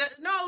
No